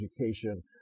education